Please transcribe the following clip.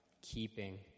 keeping